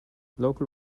local